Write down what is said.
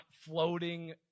floating